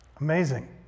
Amazing